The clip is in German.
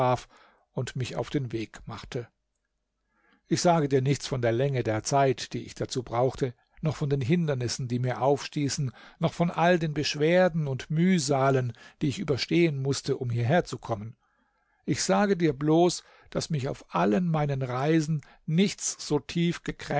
und mich auf den weg machte ich sage dir nichts von der länge der zeit die ich dazu brachte noch von den hindernissen die mir aufstießen noch von all den beschwerden und mühsalen die ich überstehen mußte um hierher zu kommen ich sage dir bloß daß mich auf allen meinen reisen nichts so